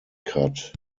cut